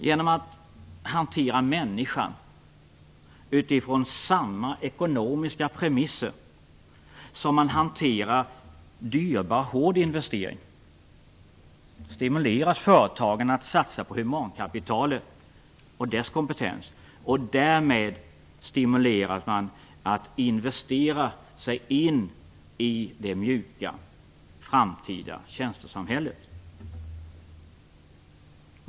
Genom att människan hanteras på samma ekonomiska premisser som man hanterar dyrbar hård investering på, stimuleras företagen att satsa på humankapitalet och dess kompetens. Därmed stimuleras man att investera sig in i det mjuka framtida tjänstesamhället.